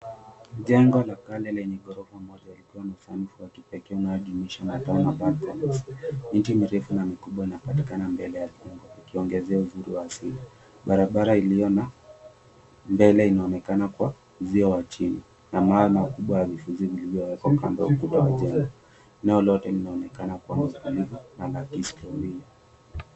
Jengo la kale lenye ghorofa moja likwa na usanifu wa kipekee na hadi mwisho utaona balcons . Miti mikubwa na mirefu inapatikana mbele ya jengo ikiongeza uzuri wa asili. Barabara iliyo na mbele inaonekana kwa uzio wa chini na mawe makubwa ya vifusi vikubwa vilivyowekwa kando ya jengo. Eneo lote linaonekana kuwa na utulivu na la kihistoria.